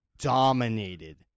dominated